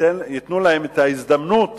ייתנו להם הזדמנות